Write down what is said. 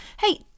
Hey